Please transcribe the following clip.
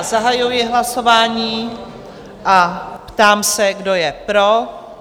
Zahajuji hlasování a ptám se, kdo je pro?